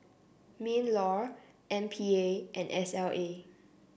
Minlaw M P A and S L A